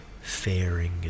...faring